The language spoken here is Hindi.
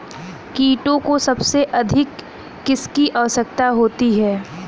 कीटों को सबसे अधिक किसकी आवश्यकता होती है?